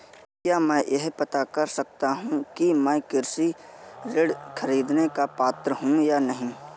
क्या मैं यह पता कर सकता हूँ कि मैं कृषि ऋण ख़रीदने का पात्र हूँ या नहीं?